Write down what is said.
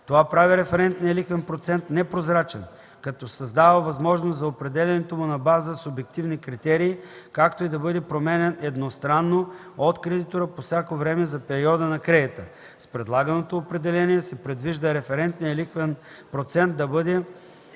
Това прави референтния лихвен процент непрозрачен, като създава възможност за определянето му на база субективни критерии, както и да бъде променян едностранно от кредитора по всяко време за периода на кредита. С предлаганото определение се предвижда референтният лихвен процент да бъде